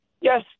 Yes